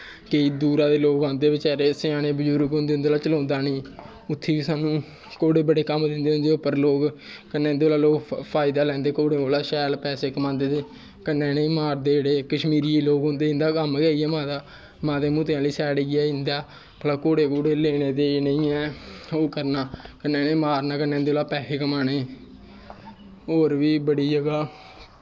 केईं दूरा दा लोक औंदे बचैरे स्याने बजुर्ग आंदे बचैरे उं'दे कोला दा चलोंदा निं उत्थै बी सानू घोड़े बड़ा कम्म दिंदे उं'दे पर लोक कन्नै इं'दे कोला लोक फायदा लैंदे शैल पैसे कमांदे ते कन्नै इ'नें गी मारदे जेह्ड़े कश्मीरिये लोक होंदे इं'दा कम्म गै इ'यै मता माता आह्ली साइड इ'यै इं'दा अपने घोड़े घूड़े लेने ते इ'नें गी ओह् करना मारना कन्नै इं'दे कोला दा पैसे कमाने होर बी बड़ी ज'गा